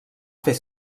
fer